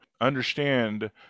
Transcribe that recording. understand